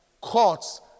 courts